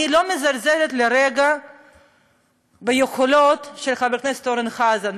אני לא מזלזלת לרגע ביכולות של חבר הכנסת אורן חזן,